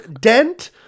dent